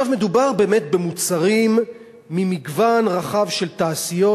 מדובר במוצרים ממגוון רחב של תעשיות,